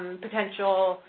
and potential,